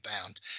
bound